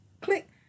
click